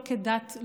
לא כדת,